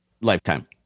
Lifetime